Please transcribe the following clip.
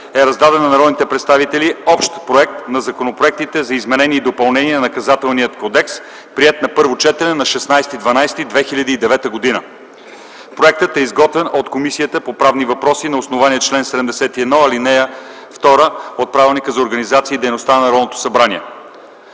2010 г., на народните представители е раздаден общ проект на законопроектите за изменение и допълнение на Наказателния кодекс, приети на първо четене на 16.12.2009 г. Проектът е изготвен от Комисията по правни въпроси на основание чл. 71, ал. 2 от Правилника за организацията и дейността на Народното събрание.